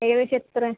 ഏകദേശം എത്ര